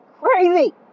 crazy